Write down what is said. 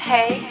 Hey